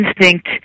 instinct